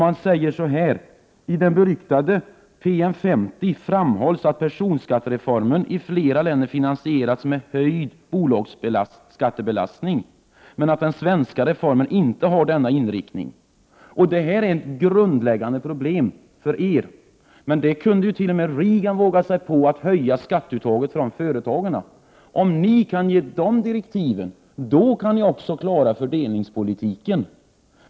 Lodin säger att det i den beryktade PM 50 framhålls att personskattereformer i flera länder har finansierats med höjd skattebelastning på bolagen men att den svenska reformen inte har denna inriktning. Detta är ett grundläggande problem för er. T.o.m. Reagan kunde våga sig på att höja skatteuttaget för företagen. Om ni kan ge dessa direktiv, kan ni också klara fördelningspolitiken.